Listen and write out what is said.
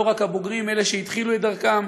לא רק הבוגרים: אלה שהתחילו את דרכם,